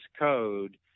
code